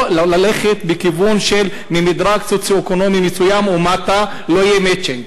או ללכת בכיוון שממדרג סוציו-אקונומי מסוים ומטה לא יהיה מצ'ינג.